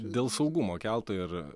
dėl saugumo keltui ir